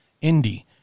Indy